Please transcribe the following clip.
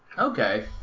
Okay